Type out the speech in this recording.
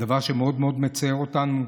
דבר שמאוד מאוד מצער אותנו,